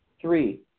Three